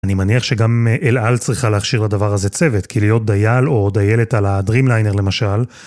אני מניח שגם אלעל צריכה להכשיר לדבר הזה צוות, כי להיות דייל או דיילת על הדרימליינר למשל.